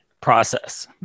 process